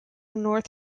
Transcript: north